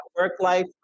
Work-life